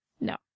No